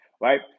right